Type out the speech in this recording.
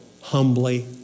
humbly